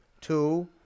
two